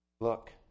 Look